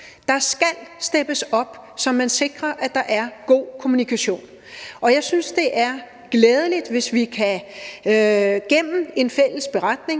Der skal steppes op, så man sikrer, at der er god kommunikation. Jeg synes, det er glædeligt, hvis vi gennem en fælles beretning